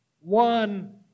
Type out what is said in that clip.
One